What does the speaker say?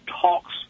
talks